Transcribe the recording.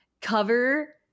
cover